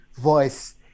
voice